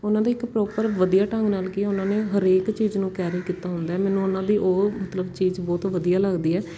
ਉਹਨਾਂ ਦੇ ਇੱਕ ਪ੍ਰੋਪਰ ਵਧੀਆ ਢੰਗ ਨਾਲ ਕੀ ਹੈ ਉਹਨਾਂ ਨੇ ਹਰੇਕ ਚੀਜ਼ ਨੂੰ ਕੈਰੀ ਕੀਤਾ ਹੁੰਦਾ ਮੈਨੂੰ ਉਨ੍ਹਾਂ ਦੀ ਉਹ ਮਤਲਬ ਚੀਜ਼ ਬਹੁਤ ਵਧੀਆ ਲੱਗਦੀ ਹੈ